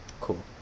Cool